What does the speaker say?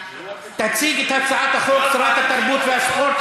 תציג את הצעת החוק שרת התרבות והספורט,